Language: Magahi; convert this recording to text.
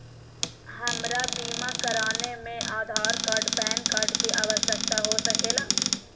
हमरा बीमा कराने में आधार कार्ड पैन कार्ड की आवश्यकता हो सके ला?